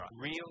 real